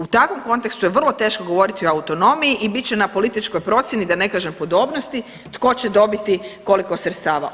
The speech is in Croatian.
U takvom kontekstu je vrlo teško govoriti o autonomiji i bit će na političkoj procjeni, da ne kažem podobnosti, tko će dobiti koliko sredstava.